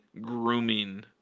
grooming